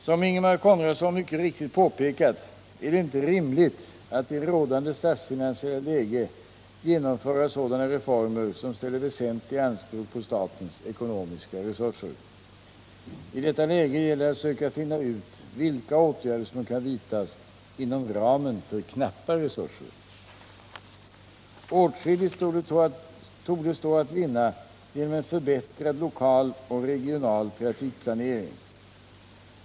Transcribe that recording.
Som Ingemar Konradsson mycket riktigt påpekat är det inte rimligt att i rådande statsfinansiella läge genomföra sådana reformer som ställer väsentliga anspråk på statens ekonomiska resurser. I detta läge gäller det att söka finna ut vilka åtgärder som kan vidtas inom ramen för knappa resurser. Åtskilligt torde stå att vinna genom en förbättrad lokal och regional trafikplanering.